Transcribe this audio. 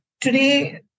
Today